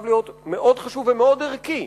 חייב להיות מאוד חד ומאוד ערכי: